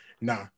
nah